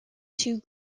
two